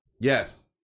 Yes